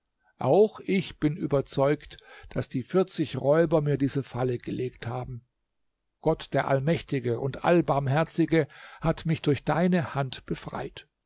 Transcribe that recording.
auch ich bin überzeugt daß die vierzig räuber mir diese falle gelegt haben gott der allmächtige und allbarmherzige hat mich durch deine hand befreit